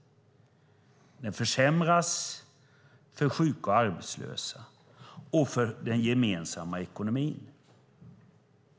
Den försämras för sjuka och arbetslösa och för den gemensamma ekonomin.